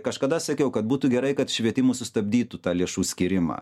kažkada sakiau kad būtų gerai kad švietimui sustabdytų tą lėšų skyrimą